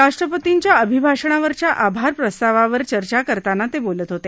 राष्ट्रपतींच्या अभिभाषणावरच्या आभार प्रस्तावावर चर्चा करताना ते बोलत होते